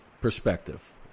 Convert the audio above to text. perspective